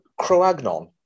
Croagnon